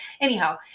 anyhow